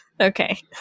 Okay